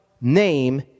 name